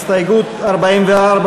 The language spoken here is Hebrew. סעיף 12 אושר,